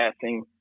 passing